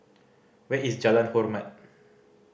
where is Jalan Hormat